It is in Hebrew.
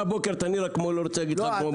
מהבוקר אתה נראה כמו אני לא רוצה להגיד לך כמו מה.